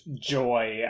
joy